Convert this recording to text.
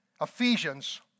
Ephesians